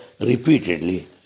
repeatedly